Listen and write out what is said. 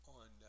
on